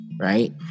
Right